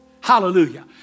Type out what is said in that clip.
Hallelujah